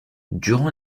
durant